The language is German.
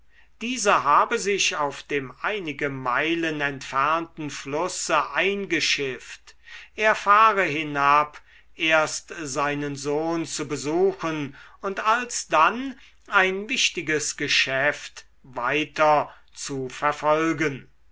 dieser habe sich auf dem einige meilen entfernten flusse eingeschifft er fahre hinab erst seinen sohn zu besuchen und alsdann ein wichtiges geschäft weiter zu verfolgen